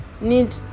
need